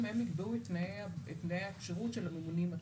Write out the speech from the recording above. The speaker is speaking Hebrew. הם שיקבעו את תנאי הכשירות של הממונים עצמם.